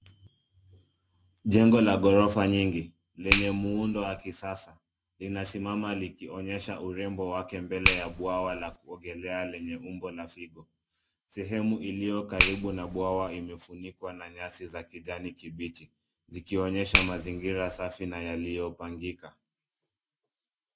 Jengo la ghorofa nyingi, lenye muundo wa kisasa, linasimama likionyesha urembo wake, mbele ya bwawa la kuogelea, lenye umbo la figo. Sehemu iliyo karibu na bwawa, imefunikwa na nyasi za kijani kibichi, zikionyesha mazingira safi na yaliyo pangika.